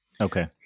Okay